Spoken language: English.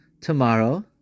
tomorrow